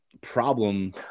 problem